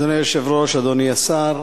אדוני היושב-ראש, אדוני השר,